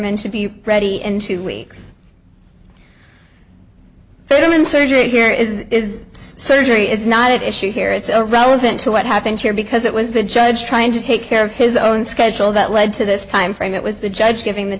men to be ready in two weeks for them in surgery here is surgery is not at issue here it's irrelevant to what happened here because it was the judge trying to take care of his own schedule that led to this timeframe it was the judge giving the